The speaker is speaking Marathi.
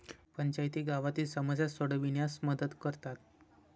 पंचायती गावातील समस्या सोडविण्यास मदत करतात